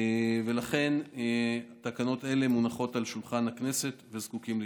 לכן תקנות אלה מונחות על שולחן הכנסת וזקוקות לאישורה.